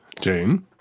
jane